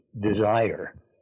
desire